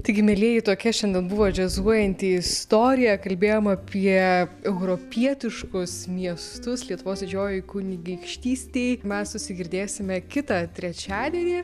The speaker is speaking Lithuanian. taigi mielieji tokia šiandien buvo džiazuojanti istorija kalbėjom apie europietiškus miestus lietuvos didžiojoj kunigaikštystėj mes susigirdėsime kitą trečiadienį